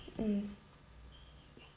mm